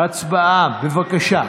הצבעה, בבקשה.